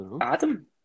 Adam